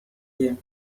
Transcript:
them